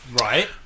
Right